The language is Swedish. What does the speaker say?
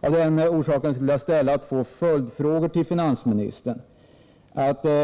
Av den orsaken skulle jag vilja ställa två följdfrågor till finansministern.